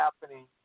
happening